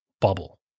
bubble